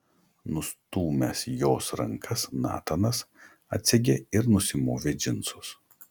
nustūmęs jos rankas natanas atsegė ir nusimovė džinsus